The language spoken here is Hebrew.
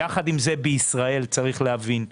עם זאת, צריך להבין,